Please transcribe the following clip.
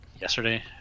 yesterday